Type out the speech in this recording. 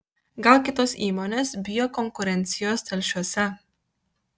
gal kitos įmonės bijo konkurencijos telšiuose